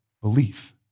Belief